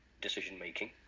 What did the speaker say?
decision-making